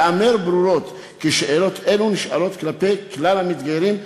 ייאמר ברורות כי שאלות אלו נשאלות כלפי כלל המתגיירים,